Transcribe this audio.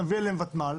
נביא אליהן ותמ"ל.